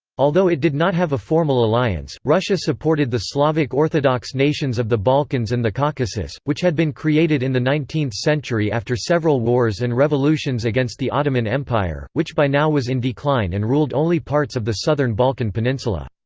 although it did not have a formal alliance, russia supported the slavic orthodox nations of the balkans and the caucasus, which had been created in the nineteenth century after several wars and revolutions against the ottoman empire, which by now was in decline and ruled only parts of the southern balkan peninsula.